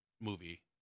movie